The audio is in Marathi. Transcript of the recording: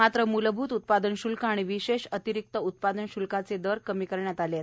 मात्र मूलभूत उत्पादन शूल्क आणि विशेष अतिरीक्त उत्पादन शुल्काचे दर कमी करण्यात आले आहेत